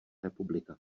republika